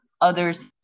others